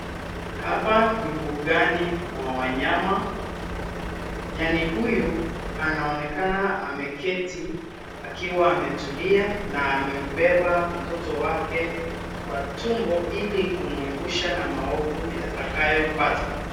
Hapa ni mbugani mwa wanyama. Nyani huyu anaonekana ameketi akiwa ametulia na amembeba mtoto wake kwa tumbo ili kumuepusha na maovu yatakayompata.